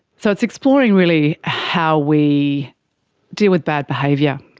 so it's exploring really how we deal with bad behaviour,